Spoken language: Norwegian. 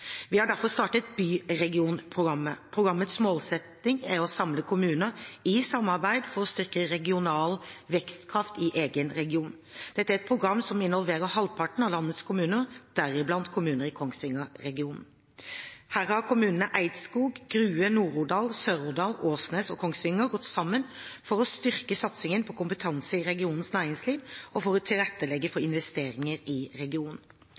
Vi har derfor startet Byregionprogrammet. Programmets målsetting er å samle kommunene i samarbeid for å styrke regional vekstkraft i egen region. Dette er et program som involverer halvparten av landets kommuner, deriblant kommuner i Kongsvinger-regionen. Her har kommunene Eidskog, Grue, Nord-Odal, Sør-Odal, Åsnes og Kongsvinger gått sammen for å styrke satsingen på kompetanse i regionens næringsliv og for å tilrettelegge for investeringer i regionen.